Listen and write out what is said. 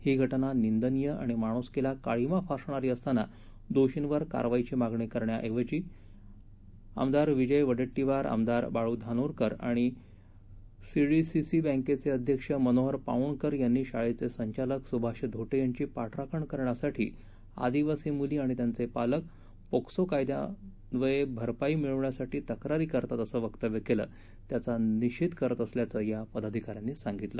ही घटना निंदनीय आणि माणुसकीला काळीमा फासणारी असताना दोषींवर कारवाईची मागणी करण्याऐवजी आमदार विजय वडेट्टीवार आमदार बाळू धानोरकर आणि सीडीसीसी बँकेचे अध्यक्ष मनोहर पाऊणकर यांनी शाळेचे संचालक सुभाष धोटे यांची पाठराखण करण्यासाठी आदिवासी मुली आणि त्यांचे पालक पोक्सो कायद्यांन्वये भरपाई मिळण्यासाठी तक्रारी करतात असं वक्तव्य केलं त्यांचा तीव्र निषेध करीत असल्याचं या पदाधिकाऱ्यांनी सांगितलं